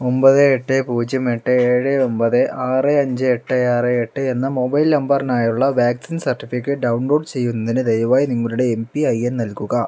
ഒൻപത് എട്ട് പൂജ്യം എട്ട് ഏഴ് ഒൻപത് ആറ് അഞ്ച് എട്ട് ആറ് എട്ട് എന്ന മൊബൈൽ നമ്പറിനായുള്ള വാക്സിൻ സർട്ടിഫിക്കറ്റ് ഡൗൺലോഡ് ചെയ്യുന്നതിന് ദയവായി നിങ്ങളുടെ എം പി ഐ എൻ നൽകുക